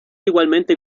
igualmente